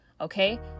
okay